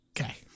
Okay